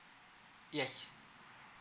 yes